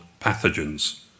pathogens